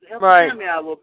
Right